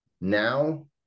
Now